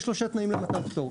יש שלושה תנאים למתן פטור.